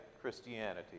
Christianity